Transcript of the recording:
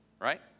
right